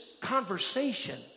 conversation